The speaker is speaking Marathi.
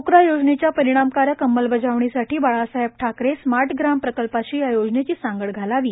पोकरा योजनेच्या परिणामकारक अंमलबजावणीसाठी बाळासाहेब ठाकरे स्मार्ट ग्राम प्रकल्पाशी या योजनेची सांगड घालावी